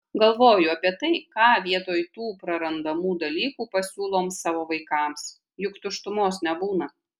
galvoju apie tai ką vietoj tų prarandamų dalykų pasiūlom savo vaikams juk tuštumos nebūna